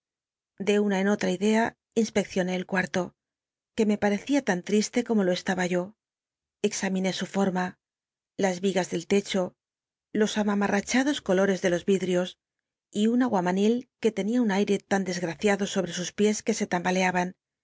de una en oha idea inspeccioné el cuarto qu e me parecía tan triste como lo estaba yo examiné su forma las igas del techo los amamarachados colores de los yidrios y un aguamanil que t cnia un aio tan tl csgraciado sobre sus piés ecotdó la qucjumque se tam